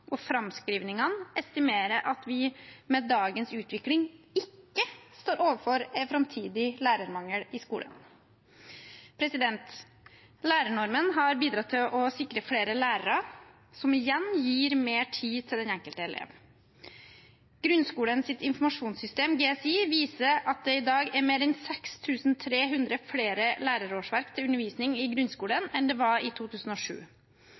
og framskrivingene estimerer at vi med dagens utvikling ikke står overfor en framtidig lærermangel i skolen. Lærernormen har bidratt til å sikre flere lærere, noe som igjen gir mer tid til den enkelte elev. Grunnskolens informasjonssystem, GSI, viser at det i dag er mer enn 6 300 flere lærerårsverk til undervisning i grunnskolen enn det var i 2007.